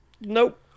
Nope